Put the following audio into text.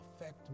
affect